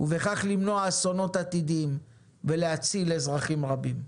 ובכך למנוע אסונות עתידיים ולהציל אזרחים רבים.